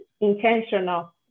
intentional